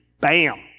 bam